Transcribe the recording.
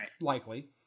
likely